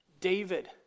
David